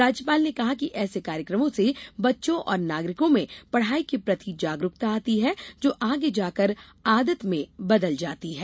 राज्यपाल ने कहा कि ऐसे कार्यक्रमों से बच्चों और नागरिकों में पढ़ाई के प्रति जागरूकता आती है जो आगे जाकर आदत में बदल जाती है